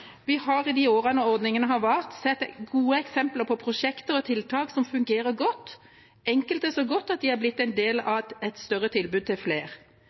Vi har i de årene ordningene har vart, sett gode eksempler på prosjekter og tiltak som fungerer godt, enkelte så godt at de er blitt en del av et større tilbud til flere.